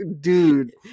Dude